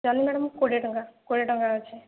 ଜହ୍ନି ମ୍ୟାଡ଼ାମ କୋଡ଼ିଏ ଟଙ୍କା କୋଡ଼ିଏ ଟଙ୍କାର ଅଛି